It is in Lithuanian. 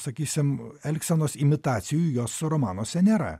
sakysim elgsenos imitacijų jos romanuose nėra